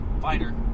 Fighter